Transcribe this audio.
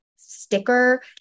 Sticker